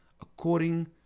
according